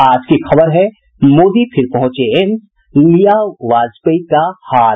आज की खबर है मोदी फिर पहुंचे एम्स लिया वाजपेयी का हाल